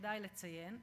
כדאי לציין,